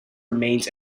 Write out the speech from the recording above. remains